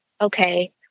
okay